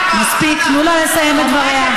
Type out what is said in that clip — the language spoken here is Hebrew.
איציק שמולי, שעוזר לי פה.